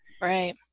Right